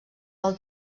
del